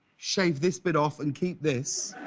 shave this but off and keep this,